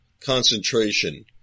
concentration